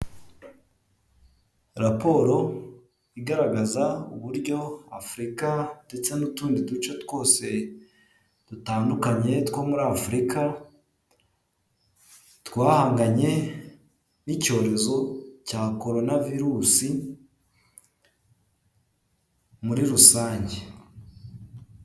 Raporo igaragaza uburyo afurika ndetse n'utundi duce twose dutandukanye two muri afurika, twahanganye n'icyorezo cya corona virusi muri rusange.